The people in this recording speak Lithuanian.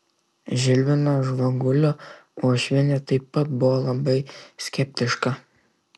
žilvino žvagulio uošvienė taip pat buvo labai skeptiška